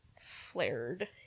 flared